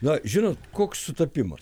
na žinot koks sutapimas